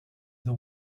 the